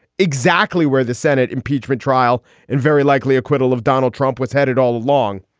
exactly where the senate impeachment trial and very likely acquittal of donald trump was headed all along.